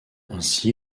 ainsi